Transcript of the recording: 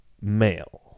male